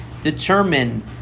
determine